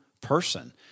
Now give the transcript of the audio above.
person